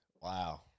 wow